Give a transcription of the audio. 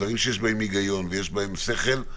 דברים שיש בהם הגיון ויש בהם שכל,